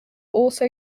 also